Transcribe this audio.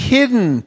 hidden